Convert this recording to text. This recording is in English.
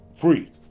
free